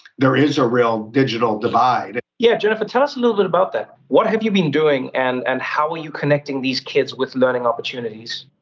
there is a real digital divide. yeah, jennifer tell us a little bit about that. what have you been doing and and how are you connecting these kids with learning opportunities?